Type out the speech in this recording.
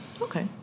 Okay